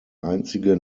einzige